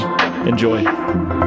Enjoy